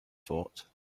thought